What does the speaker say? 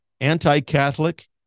Anti-Catholic